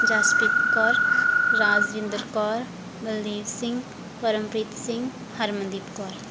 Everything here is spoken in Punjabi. ਜਸਪ੍ਰੀਤ ਕੌਰ ਰਾਜਿੰਦਰ ਕੌਰ ਬਲਦੇਵ ਸਿੰਘ ਪਰਮਪ੍ਰੀਤ ਸਿੰਘ ਹਰਮਨਦੀਪ ਕੌਰ